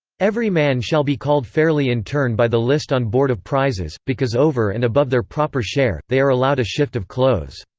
every man shall be called fairly in turn by the list on board of prizes, because over and above their proper share, they are allowed a shift of clothes.